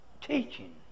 teaching